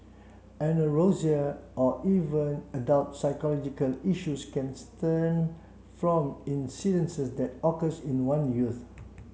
anorexia or even adult psychological issues can stem from incidences that occurs in one youth